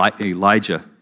Elijah